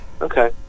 Okay